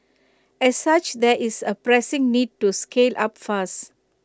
as such there is A pressing need to scale up fast